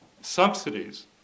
subsidies